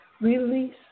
Release